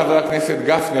חבר הכנסת גפני,